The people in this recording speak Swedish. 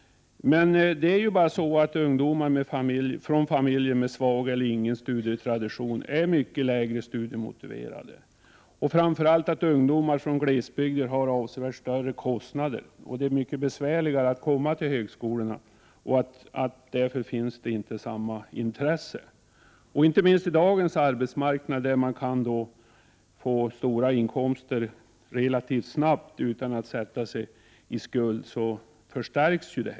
Men det är ett faktum att ungdomar från familjer med svag eller ingen studietradition är mycket lägre studiemotiverade. Ungdomar från glesbygden har framför allt avsevärt större kostnader. Det är mycket besvärligare för dem att komma till högskolorna. Därför finns det inte samma intresse, i synnerhet som man på dagens arbetsmarknad kan få stora inkomster relativt snabbt utan att sätta sig i skuld.